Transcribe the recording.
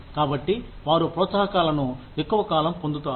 కాబట్టి వారు ప్రోత్సాహకాలను ఎక్కువ కాలం పొందుతారు